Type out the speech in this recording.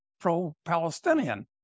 pro-Palestinian